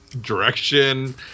direction